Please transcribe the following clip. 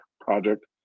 project